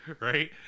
right